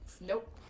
Nope